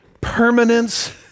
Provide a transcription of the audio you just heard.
permanence